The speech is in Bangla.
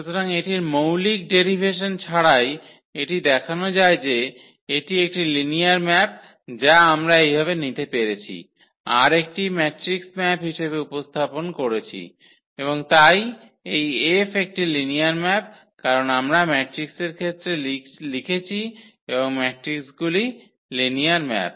সুতরাং এটির মৌলিক ডেরিভেসন ছাড়াই এটি দেখানো যায় যে এটি একটি লিনিয়ার ম্যাপ যা আমরা এইভাবে নিতে পেরেছি আর একটি ম্যাট্রিক্স ম্যাপ হিসাবে উপস্থাপন করেছি এবং তাই এই F একটি লিনিয়ার ম্যাপ কারণ আমরা ম্যাট্রিক্সের ক্ষেত্রে লিখেছি এবং ম্যাট্রিক্সগুলি লিনিয়ার ম্যাপ